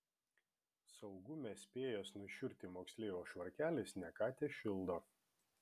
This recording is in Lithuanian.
saugume spėjęs nušiurti moksleivio švarkelis ne ką tešildo